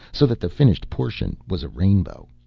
so that the finished portion was a rainbow.